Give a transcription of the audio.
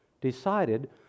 decided